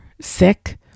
sick